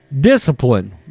discipline